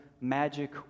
magic